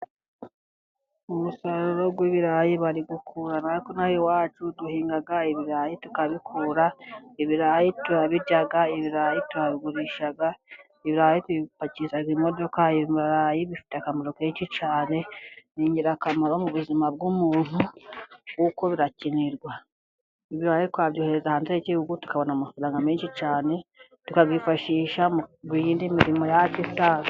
Umusaruro w'ibirayi bari gukura. Natwe inaha iwacu duhinga ibirayi tukabikura, turabirya turabigurisha, tubipakiza imodoka. Ibirayi bifite akamaro kenshi cyane ni ingirakamaro mu buzima bw'umuntu kuko birakenerwa. Ibirayi twabyohereza hanze y'igihugu tukabona amafaranga menshi cyane tukayifashisha mu yindi mirimo ya yacu isanzwe.